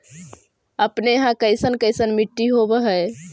अपने यहाँ कैसन कैसन मिट्टी होब है?